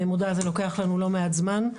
אני מודה, זה לוקח לנו לא מעט זמן.